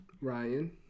Ryan